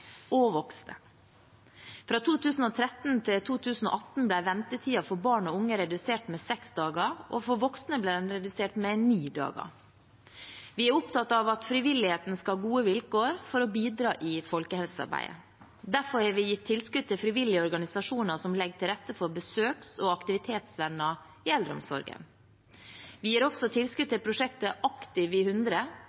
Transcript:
Fra 2013 til 2018 ble ventetiden for barn og unge redusert med seks dager og for voksne med ni dager. Vi er opptatt av at frivilligheten skal ha gode vilkår for å bidra i folkehelsearbeidet. Derfor har vi gitt tilskudd til frivillige organisasjoner som legger til rette for besøks- og aktivitetsvenner i eldreomsorgen. Vi gir også tilskudd